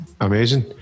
amazing